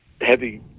heavy